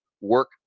work